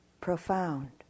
profound